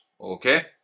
okay